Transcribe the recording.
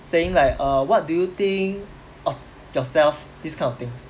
saying like err what do you think of yourself these kind of things